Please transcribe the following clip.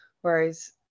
whereas